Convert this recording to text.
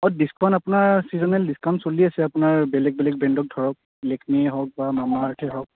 অঁ ডিচকাউণ্ট আপোনাৰ seasonal discount চলি আছে আপোনাৰ বেলেগ বেলেগ ব্ৰেণ্ডত ধৰক লেকমিয়েই হওক বা মামা আৰ্থেই হওক